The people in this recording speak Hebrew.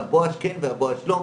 ובואש כן ובאש לא.